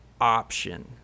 option